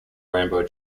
rainbow